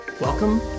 welcome